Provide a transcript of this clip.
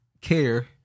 care